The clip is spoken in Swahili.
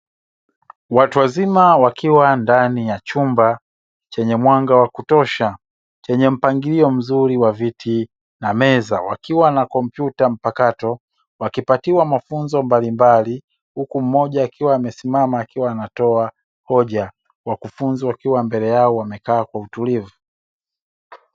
Watu wazima wakiwa ndani ya chumba chenye mwanga wa kutosha, chenye mpangilio mzuri wa viti na meza wakiwa na kompyuta mpakato wakipatiwa mafunzo mbalimbali huku mmoja akiwa amesimama akitoa hoja. Wakufunzi wakiwa mbele yao wakiwa wamekaa kwa utulivu.